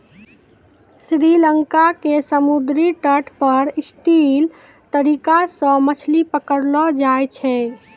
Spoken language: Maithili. श्री लंका के समुद्री तट पर स्टिल्ट तरीका सॅ मछली पकड़लो जाय छै